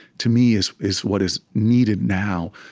to me, is is what is needed now,